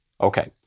okay